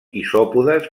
isòpodes